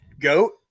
goat